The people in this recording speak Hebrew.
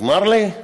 נגמר לי?